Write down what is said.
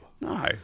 No